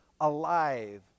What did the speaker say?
alive